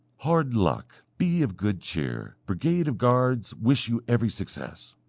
hard luck. be of good cheer. brigade of guards wish you every success.